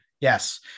Yes